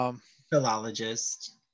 philologist